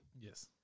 Yes